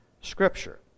scripture